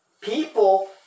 people